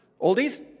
Oldies